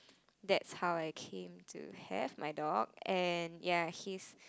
that's how I came to have my dog and ya he's